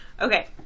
Okay